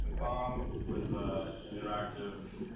bomb was ah an interactive